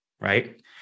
right